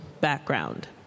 background